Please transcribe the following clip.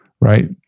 right